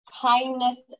kindness